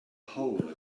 hole